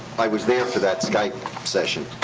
i was there for that skype session.